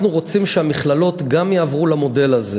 אנחנו רוצים שגם המכללות יעברו למודל הזה.